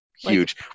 huge